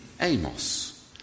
Amos